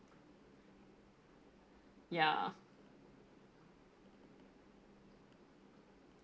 ya